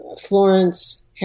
Florence